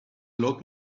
lot